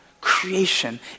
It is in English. Creation